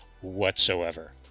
whatsoever